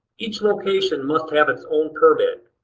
each location must have its own permit.